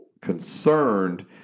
concerned